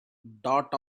dot